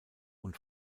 und